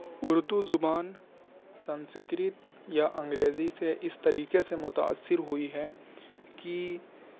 اردو زبان سنسکرت یا انگریزی سے اس طریقے سے متاثر ہوئی ہے کہ